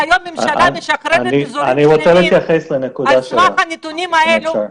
שהיום הממשלה משחררת אזורים שלמים על סמך הנתונים האלו